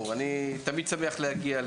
מרים.